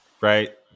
right